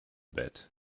bit